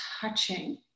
touching